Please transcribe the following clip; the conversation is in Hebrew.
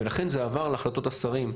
לכן זה עבר להחלטות השרים,